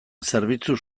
zerbitzu